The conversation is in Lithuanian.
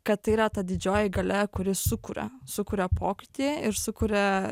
kad tai yra ta didžioji galia kuri sukuria sukuria pokytį ir sukuria